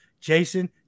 jason